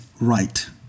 right